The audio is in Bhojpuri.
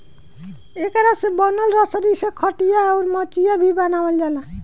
एकरा से बनल रसरी से खटिया, अउर मचिया भी बनावाल जाला